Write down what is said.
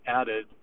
added